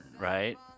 right